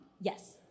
yes